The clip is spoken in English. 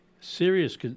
serious